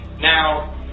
Now